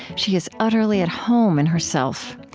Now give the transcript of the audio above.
she is utterly at home in herself.